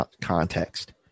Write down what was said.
context